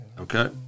Okay